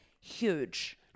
huge